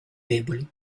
deboli